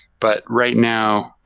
but right now,